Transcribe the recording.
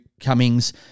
cummings